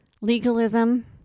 legalism